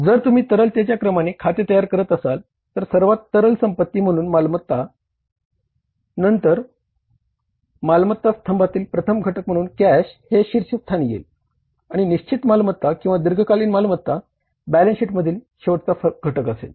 जर तुम्ही तरलतेच्या क्रमाने खाते तयार करत असाल तर सर्वात तरल संपत्ती म्हणून मालमत्ता नंतर किंवा मालमत्ता स्तंभातील प्रथम घटक म्हणून कॅश हे शीर्षस्थानी येईल आणि निश्चित मालमत्ता किंवा दीर्घकालीन मालमत्ता बॅलन्स शीटमधील शेवटचा घटक असेल